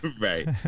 Right